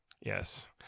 Yes